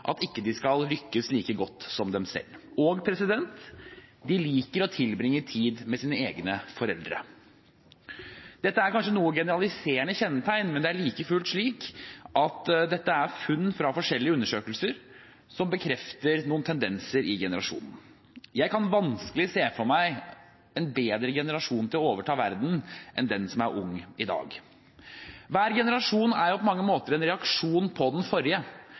at de ikke skal lykkes like godt som dem selv. Og de liker å tilbringe tid med sine egne foreldre. Dette er kanskje noe generaliserende kjennetegn, men det er like fullt slik at dette er funn fra forskjellige undersøkelser som bekrefter noen tendenser i generasjonen. Jeg kan vanskelig se for meg en bedre generasjon til å overta verden enn den som er ung i dag. Hver generasjon er jo på mange måter en reaksjon på den forrige.